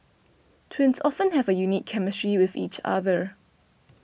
twins often have a unique chemistry with each other